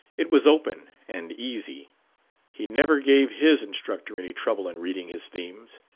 it was open and easy he never gave his instructor any trouble in reading his themes.